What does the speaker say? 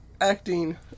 acting